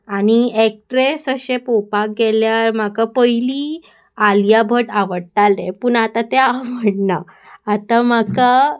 आनी एक्ट्रेस अशें पोवपाक गेल्यार म्हाका पयलीं आलिया भट आवडटालें पूण आतां तें आवडना आतां म्हाका